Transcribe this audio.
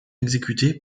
exécutée